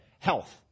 Health